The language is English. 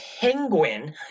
Penguin